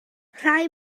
rai